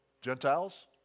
Gentiles